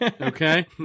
Okay